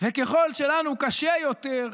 וככל שלנו קשה יותר,